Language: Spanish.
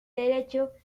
derecho